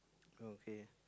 okay